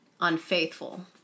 Unfaithful